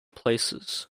places